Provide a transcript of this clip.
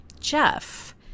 Jeff